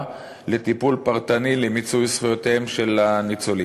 לטיפול פרטני למיצוי זכויותיהם של הניצולים.